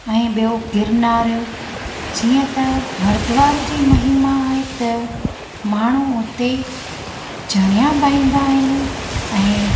ऐं ॿियों गिरनार जीअं त हरिद्वार जी महिमा आहे त माण्हू उते जणिया पाईंदा आहिनि ऐं